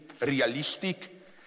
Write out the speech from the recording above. realistic